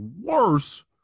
worse